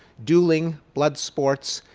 dueling, blood sports,